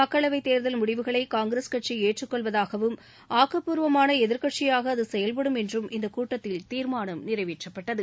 மக்களவைத் தேர்தல் முடிவுகளை காங்கிரஸ் கட்சி ஏற்றுக் கொள்வதாகவும் ஆக்கப்பூர்வமான எதிர்க்கட்சியாக அது செயல்படும் என்றும் இந்த கூட்டத்தில் தீர்மானம் நிறைவேற்றப்பட்டது